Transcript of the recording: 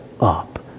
up